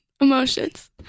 emotions